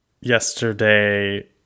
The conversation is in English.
yesterday